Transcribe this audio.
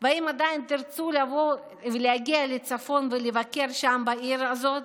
והאם עדיין תרצו להגיע לצפון ולבקר בעיר הזאת,